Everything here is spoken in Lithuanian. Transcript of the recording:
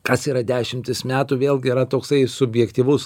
kas yra dešimtis metų vėlgi yra toksai subjektyvus